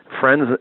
friends